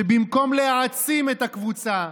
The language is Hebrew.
שבמקום להעצים את הקבוצה,